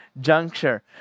juncture